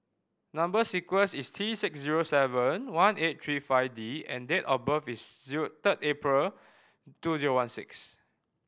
number sequence is T six zero seven one eight three five D and date of birth is zero third April two zero one six